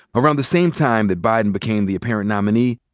around the same time that biden became the apparent nominee,